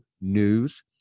News